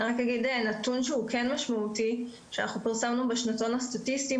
אני רק אגיד נתון שהוא כן משמעותי שאנחנו פרסמנו בשנתון הסטטיסטי,